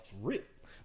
rip